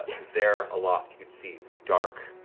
there aloft you can see the dark,